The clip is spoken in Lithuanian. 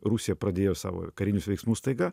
rusija pradėjo savo karinius veiksmus staiga